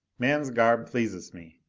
man's garb pleases me.